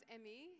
Emmy